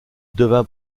devint